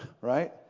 right